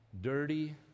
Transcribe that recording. Dirty